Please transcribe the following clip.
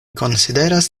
konsideras